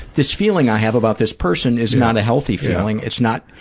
this feeling i have about this person is not a healthy feeling. it's not,